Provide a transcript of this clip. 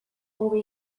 hobe